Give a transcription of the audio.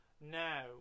now